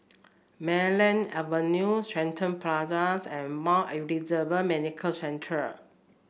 Marlene Avenue Shenton Plaza and Mount Elizabeth Medical Centre